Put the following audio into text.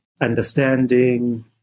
understanding